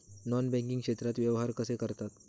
Non banking क्षेत्रात व्यवहार कसे करतात?